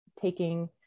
taking